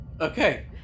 Okay